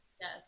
Yes